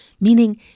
Meaning